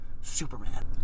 Superman